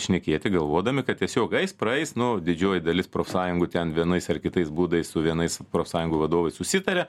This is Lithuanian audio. šnekėti galvodami kad tiesiog eis praeis nu o didžioji dalis profsąjungų ten vienais ar kitais būdais su vienais profsąjungų vadovais susitarė